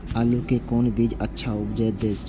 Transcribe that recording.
आलू के कोन बीज अच्छा उपज दे छे?